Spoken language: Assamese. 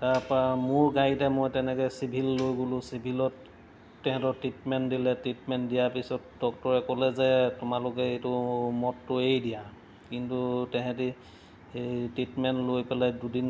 তাৰপৰা মোৰ গাড়ীতে মই তেনেকৈ চিভিল লৈ গ'লোঁ চিভিলত তেহেঁতৰ ট্ৰিটমেণ্ট দিলে ট্ৰিটমেণ্ট দিয়াৰ পিছত ডক্টৰে ক'লে যে তোমালোকে এইটো মদটো এৰি দিয়া কিন্তু তেহেঁতি এই ট্ৰিটমেণ্ট লৈ পেলাই দুদিন